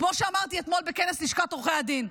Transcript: כמו שאמרתי אתמול בכנס לשכת עורכי הדין: